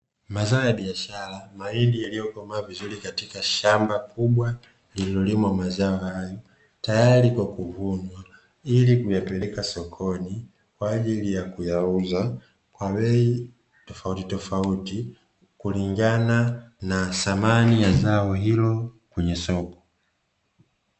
Mazao ya biashara, mahindi yaliyokomaa vizuri katika shamba kubwa lililolimwa mazao hayo, tayari kwa kuvunwa ili kuyapeleka sokoni kwaajili ya kuyauza kwa bei tofautitofauti kulingana na thamani ya zao hilo kwenye soko.